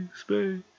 space